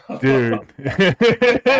Dude